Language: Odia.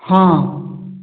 ହଁ